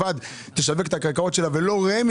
יש לכם את ממוצע הניצול התקציבי ל-22?